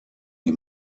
die